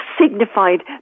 signified